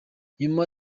nyuma